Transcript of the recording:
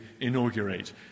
inaugurate